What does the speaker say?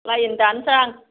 line दाननोसै आं